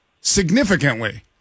significantly